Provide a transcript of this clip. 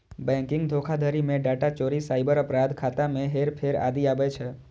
banking धोखाधड़ी मे data चोरी, साइबर अपराध, खाता मे हेरफेर आदि आबै छै